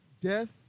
death